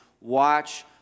watch